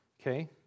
Okay